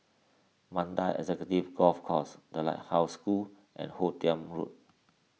Mandai Executive Golf Course the Lighthouse School and Hoot Kiam Road